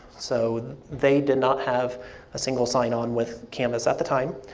so they did not have a single sign on with canvas at the time,